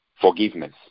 Forgiveness